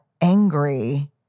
angry